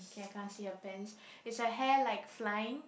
K I can't see her pants is her hair like flying